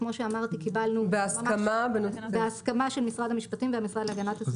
שכמו שאמרתי - בהסכמה של משרד המשפטים והמשרד להגנת הסביבה: (3)